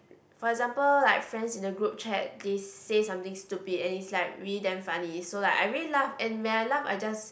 for example like friends in the group chat they say something stupid and is like really damn funny so like I really laugh and when I laugh I just